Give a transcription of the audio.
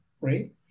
right